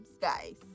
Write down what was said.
guys